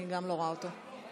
אני לא רואה גם אותו.